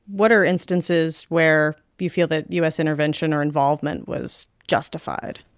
what are instances where you feel that u s. intervention or involvement was justified?